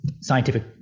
scientific